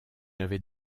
n’avez